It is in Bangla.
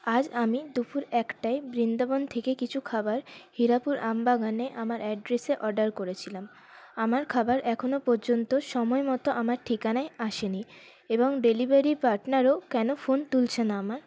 আজ আমি দুপুর একটায় বৃন্দাবন থেকে কিছু খাবার হিরাপুর আমবাগানে আমার অ্যাড্রেসে অর্ডার করেছিলাম আমার খাবার এখনও পর্যন্ত সময় মত আমার ঠিকানায় আসে নি এবং ডেলিভারি পার্টনারও কেন ফোন তুলছে না আমার